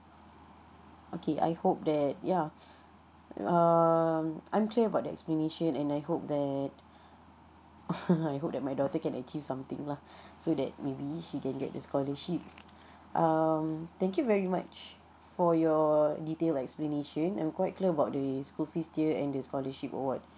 okay I hope that yeah um I'm clear about the explanation and I hope that I hope that my daughter can achieve something lah so that maybe she can get the scholarships um thank you very much for your detailed explanation I'm quite clear about the school fees tier and the scholarship award